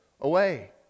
away